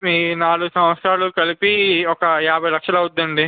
మీ నాలుగు సంవత్సరాలు కలిపి ఒక యాభై లక్షలు అవుతుందండి